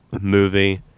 movie